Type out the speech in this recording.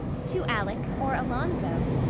to alec or alonzo?